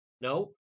No